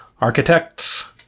Architects